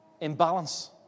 imbalance